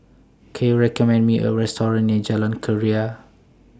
Can YOU recommend Me A Restaurant near Jalan Keria